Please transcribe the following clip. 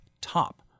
top